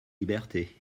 libertés